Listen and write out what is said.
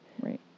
Right